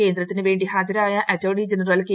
കേന്ദ്രത്തിനു വേണ്ടി ഹാജരായ attorney general K